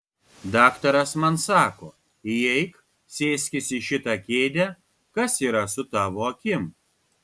daktaras man sako įeik sėskis į šitą kėdę kas yra su tavo akim